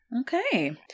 Okay